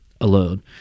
alone